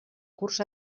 curs